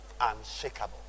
unshakable